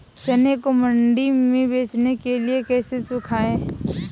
चने को मंडी में बेचने के लिए कैसे सुखाएँ?